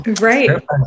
Right